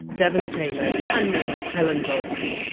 devon taylor and me, helen zaltzman.